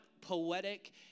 poetic